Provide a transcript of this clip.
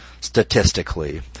statistically